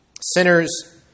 Sinners